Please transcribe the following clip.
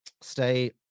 stay